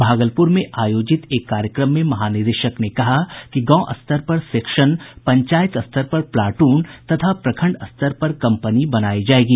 भागलपुर में आयोजित एक कार्यक्रम में महानिदेशक ने कहा कि गांव स्तर पर सेक्शन पंचायत स्तर पर प्लाटून तथा प्रखंड स्तर पर कम्पनी बनायी जायेगी